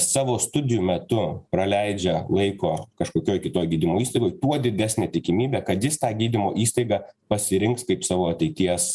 savo studijų metu praleidžia laiko kažkokioj kitoj gydymo įstaigoje tuo didesnė tikimybė kad jis tą gydymo įstaigą pasirinks kaip savo ateities